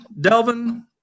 Delvin